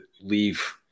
leave